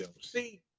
See